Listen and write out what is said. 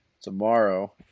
Tomorrow